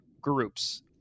groups